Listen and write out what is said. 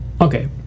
Okay